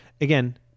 again